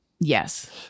Yes